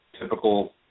Typical